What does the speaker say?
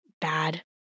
bad